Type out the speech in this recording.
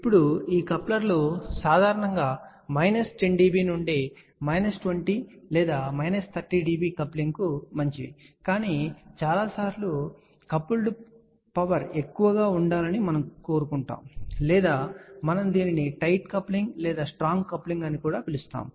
ఇప్పుడు ఈ కప్లర్లు సాధారణంగా మైనస్ 10 dB నుండి మైనస్ 20 లేదా మైనస్ 30 dB కప్లింగ్ కు మంచివి కానీ చాలా సార్లు కపుల్డ్ పవర్ ఎక్కువగా ఉండాలని మనము కోరుకుంటున్నాము లేదా మనం దీనిని టైట్ కప్లింగ్ లేదా స్ట్రాంగ్ కప్లింగ్ అని కూడా పిలుస్తాము